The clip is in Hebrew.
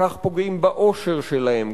כך פוגעים באושר שלהם,